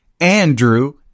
Andrew